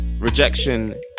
rejection